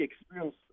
experience